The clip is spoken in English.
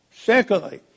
Secondly